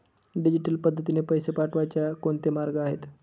Digital पद्धतीने पैसे पाठवण्याचे कोणते मार्ग आहेत?